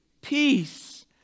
Peace